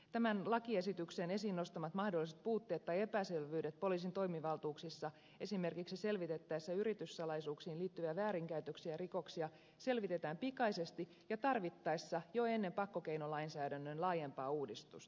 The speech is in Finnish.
tämän lakiesityksen esiin nostamat mahdolliset puutteet tai epäselvyydet poliisin toimivaltuuksissa esimerkiksi selvitettäessä yrityssalaisuuksiin liittyviä väärinkäytöksiä ja rikoksia selvitetään pikaisesti ja tarvittaessa jo ennen pakkokeinolainsäädännön laajempaa uudistusta